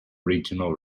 regional